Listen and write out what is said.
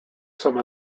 some